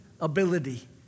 ability